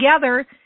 together